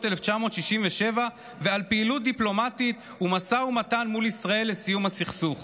1967 ועל פעילות דיפלומטית ומשא ומתן מול ישראל לסיום הסכסוך.